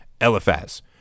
Eliphaz